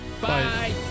Bye